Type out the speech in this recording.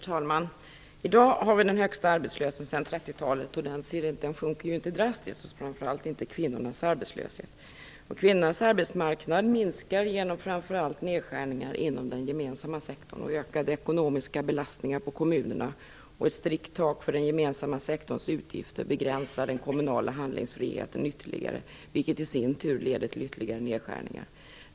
Herr talman! I dag har vi den högsta arbetslösheten sedan 30-talet och den sjunker ju inte drastiskt, framför allt inte kvinnornas arbetslöshet. Kvinnornas arbetsmarknad minskar genom framför allt nedskärningar inom den gemensamma sektorn och ökade ekonomiska belastningar på kommunerna. Ett strikt tak för den gemensamma sektorns utgifter begränsar den kommunala handlingsfriheten ytterligare, vilket i sin tur leder till ytterligare nedskärningar.